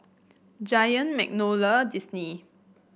Giant Magnolia Disney